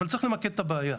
אבל צריך למקד את הבעיה.